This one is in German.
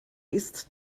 ist